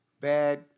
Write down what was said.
bad